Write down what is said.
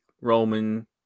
Roman